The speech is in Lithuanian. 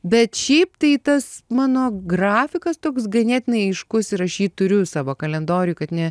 bet šiaip tai tas mano grafikas toks ganėtinai aiškus ir aš jį turiu savo kalendoriuj kad ne